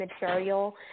material